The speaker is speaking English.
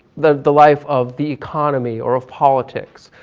the the life of the economy or of politics,